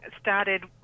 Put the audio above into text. started